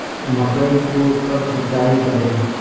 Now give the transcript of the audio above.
मकई को कब सिंचाई करे?